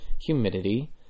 humidity